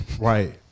Right